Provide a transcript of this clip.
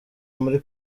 muli